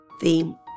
theme